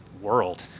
world